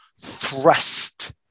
thrust